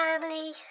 family